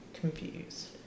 confused